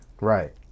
Right